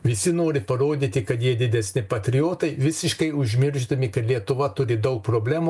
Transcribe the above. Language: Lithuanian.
visi nori parodyti kad jie didesni patriotai visiškai užmiršdami kad lietuva turi daug problemų